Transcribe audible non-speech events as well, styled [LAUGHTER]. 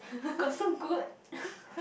got so good [BREATH]